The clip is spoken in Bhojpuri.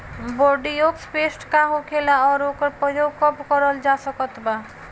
बोरडिओक्स पेस्ट का होखेला और ओकर प्रयोग कब करल जा सकत बा?